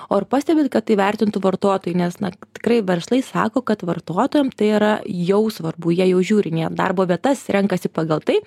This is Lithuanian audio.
o ar pastebit kad tai vertintų vartotojai nes na tikrai verslai sako kad vartotojam tai yra jau svarbu jie jau žiūrinėja darbo vietas renkasi pagal tai